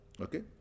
Okay